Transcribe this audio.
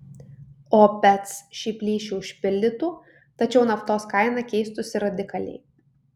opec šį plyšį užpildytų tačiau naftos kaina keistųsi radikaliai